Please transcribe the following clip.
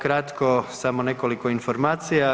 Kratko samo nekoliko informacija.